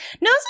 no